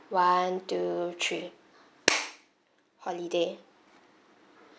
one two three holiday